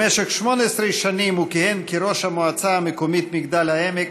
במשך 18 שנים הוא כיהן כראש המועצה המקומית מגדל העמק,